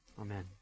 Amen